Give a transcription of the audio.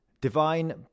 Divine